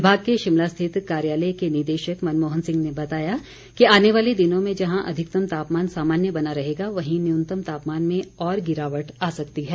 विभाग के शिमला स्थित कार्यालय के निदेशक मनमोहन सिंह ने बताया कि आने वाले दिनों में जहां अधिकतम तापमान सामान्य बना रहेगा वहीं न्यूनतम तापमान में और गिरावट आ सकती है